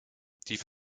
die